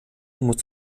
muss